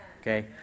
Okay